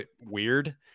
weird